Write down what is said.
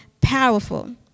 powerful